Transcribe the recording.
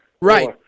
Right